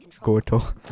Goto